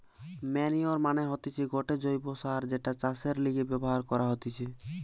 manure মানে হতিছে গটে জৈব্য সার যেটা চাষের লিগে ব্যবহার করা হতিছে